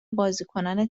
بازیکنان